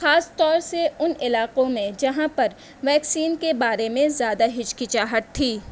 خاص طور سے اُن علاقوں میں جہاں پر ویکسین کے بارے میں زیادہ ہچکچاہٹ تھی